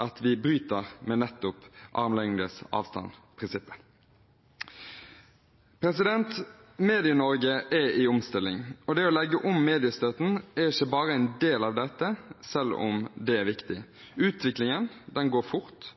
at vi bryter med armlengdes avstand-prinsippet. Medie-Norge er i omstilling. Det å legge om mediestøtten er ikke bare en del av dette, selv om det er viktig. Utviklingen går fort,